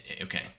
Okay